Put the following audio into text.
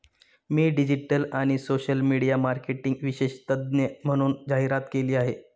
मी digital आणि social media marketing विशेषज्ञ म्हणून जाहिरात केली आहे